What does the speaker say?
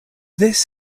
this